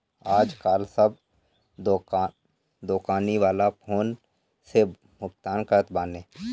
आजकाल सब दोकानी वाला फ़ोन पे से भुगतान करत बाने